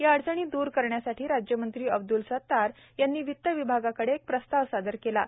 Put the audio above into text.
या अडचणी दूर करण्यासाठी राज्यमंत्री अब्दूल सतार यांनी वित्त विभागाकडे एक प्रस्ताव सादर केला आहे